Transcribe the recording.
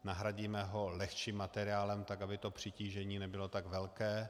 Nahradíme ho lehčím materiálem, aby to přetížení nebylo tak velké.